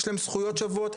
יש להם זכויות שוות,